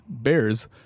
Bears